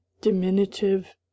diminutive